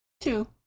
Two